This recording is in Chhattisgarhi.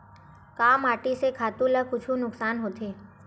का माटी से खातु ला कुछु नुकसान होथे?